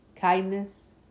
kindness